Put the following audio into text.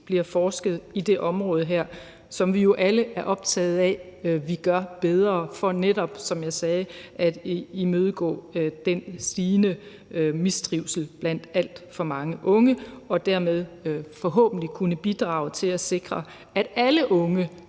bliver forsket i det her område, som vi jo alle er optaget af at vi gør bedre. Det er netop, som jeg sagde, for at imødegå den stigende mistrivsel blandt alt for mange unge. Dermed vil vi forhåbentlig kunne bidrage til at sikre, at alle unge